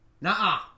nah